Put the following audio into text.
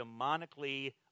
demonically